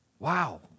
Wow